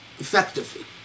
Effectively